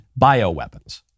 bioweapons